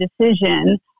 decision